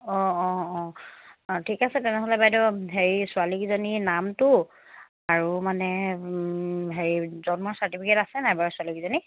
অঁ অঁ অঁ অঁ ঠিক আছে তেনেহ'লে বাইদেউ হেৰি ছোৱালীকেইজনীৰ নামটো আৰু মানে হেৰি জন্ম চাৰ্টিফিকেট আছে নাই বাৰু ছোৱালীকেইজনীৰ